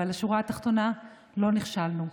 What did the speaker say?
אבל השורה התחתונה: לא נכשלנו.